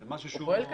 הוא פועל כדין,